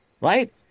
right